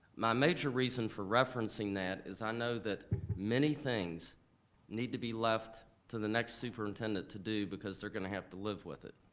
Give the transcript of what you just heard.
my major reason for referencing that, is i know that many things need to be left to the next superintendent to do because they're gonna have to live with it.